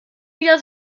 wieder